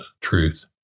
truth